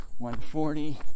140